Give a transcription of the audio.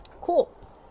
cool